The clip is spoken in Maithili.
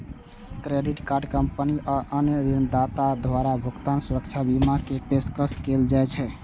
क्रेडिट कार्ड कंपनी आ अन्य ऋणदाता द्वारा भुगतान सुरक्षा बीमा के पेशकश कैल जाइ छै